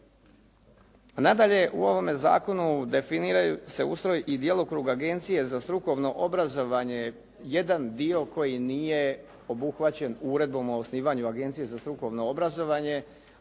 Nadalje, u ovom zakonu definiraju se ustroj i djelokrug Agencije za strukovno obrazovanje, jedan dio koji nije obuhvaćen Uredbom o osnivanju Agencije za strukovno obrazovanje,